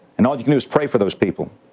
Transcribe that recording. and all you can do is pray for those people